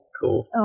cool